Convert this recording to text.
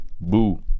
Boo